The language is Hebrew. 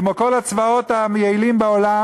כמו כל הצבאות היעילים בעולם,